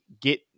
get